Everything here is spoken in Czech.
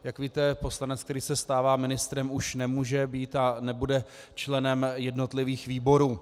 Jak víte, poslanec, který se stává ministrem, už nemůže být a nebude členem jednotlivých výborů.